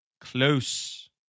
close